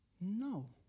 No